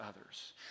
others